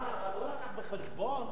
אבל לא הביא בחשבון את ההתייקרויות,